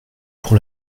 pour